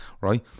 Right